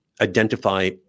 identify